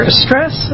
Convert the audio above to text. stress